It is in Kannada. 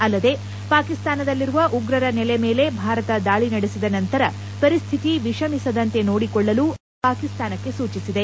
ಅಲ್ಲದೆ ಪಾಕಿಸ್ತಾನದಲ್ಲಿರುವ ಉಗ್ರರ ನೆಲೆ ಮೇಲೆ ಭಾರತ ದಾಳಿ ನಡೆಸಿದ ನಂತರ ಪರಿಸ್ಟಿತಿ ವಿಷಮಿಸದಂತೆ ನೋಡಿಕೊಳ್ಳಲು ಅಮೆರಿಕ ಪಾಕಿಸ್ತಾನಕ್ಕೆ ಸೂಚಿಸಿದೆ